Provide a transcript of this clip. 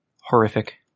horrific